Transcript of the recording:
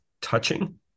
touching